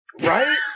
Right